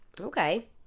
Okay